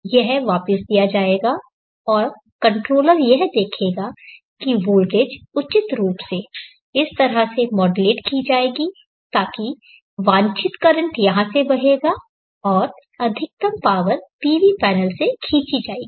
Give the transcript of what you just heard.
यह वापस दिया जाएगा और कंट्रोलर यह देखेगा कि वोल्टेज उचित रूप से इस तरह से मॉडुलेट की जाएगी ताकि वांछित करंट यहां से बहेगा और अधिकतम पावर पीवी पैनल से खींची जाएगी